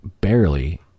barely